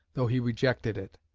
though he rejected it.